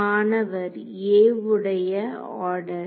மாணவர் a உடைய order